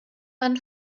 man